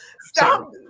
stop